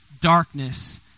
darkness